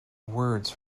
words